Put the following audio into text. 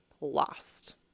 lost